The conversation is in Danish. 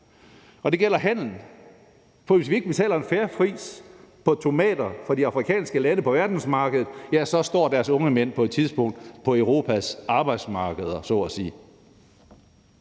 Det gælder handel, for hvis ikke vi betaler en fair pris på tomater fra de afrikanske lande på verdensmarkedet, ja, så står deres unge mænd på et tidspunkt på Europas arbejdsmarkeder, så at sige.